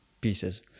pieces